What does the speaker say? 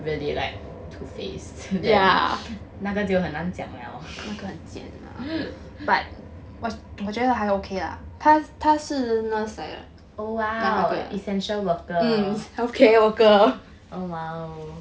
really like two faced then 那个就很难讲很讲了 oh !wow! essential worker oh !wow!